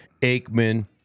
Aikman